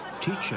teacher